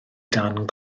dan